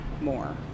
more